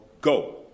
go